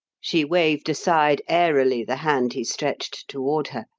she waved aside airily the hand he stretched toward her,